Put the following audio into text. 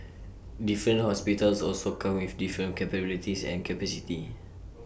different hospitals also come with different capabilities and capacity